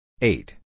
Eight